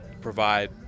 provide